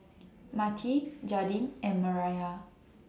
Matie Jaidyn and Mireya